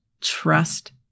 trust